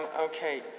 Okay